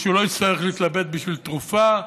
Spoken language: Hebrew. ושהוא לא יצטרך להתלבט בשביל תרופה.